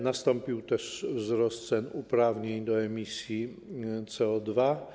Nastąpił też wzrost cen uprawnień do emisji CO2.